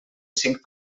cinc